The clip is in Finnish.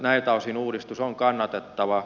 näiltä osin uudistus on kannatettava